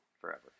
forever